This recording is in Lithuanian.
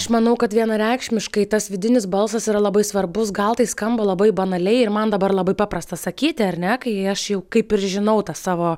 aš manau kad vienareikšmiškai tas vidinis balsas yra labai svarbus gal tai skamba labai banaliai ir man dabar labai paprasta sakyti ar ne kai aš jau kaip ir žinau tą savo